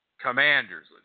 commanders